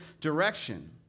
direction